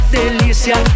delícia